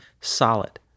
solid